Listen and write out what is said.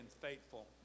faithful